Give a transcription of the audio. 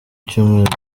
cyumweru